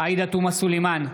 עאידה תומא סלימאן,